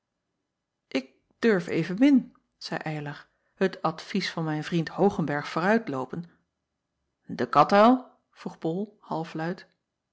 k durf evenmin zeî ylar het advies van mijn vriend oogenberg vooruitloopen e atuil vroeg ol halfluid